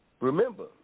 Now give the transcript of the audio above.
remember